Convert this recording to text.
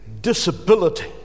disability